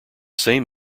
same